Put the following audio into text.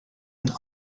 een